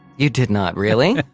you did not, really?